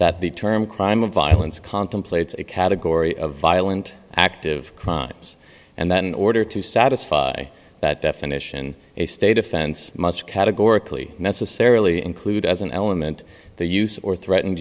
the term crime of violence contemplates a category of violent active crimes and then order to satisfy that definition a state offense must categorically necessarily include as an element the use or threatened